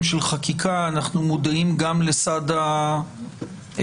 של חקיקה אנחנו מודעים גם לסד המשאבים